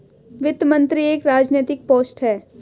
वित्त मंत्री एक राजनैतिक पोस्ट है